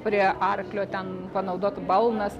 prie arklio ten panaudot balnas